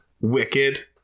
wicked